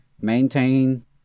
maintain